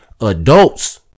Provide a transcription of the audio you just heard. Adults